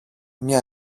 μια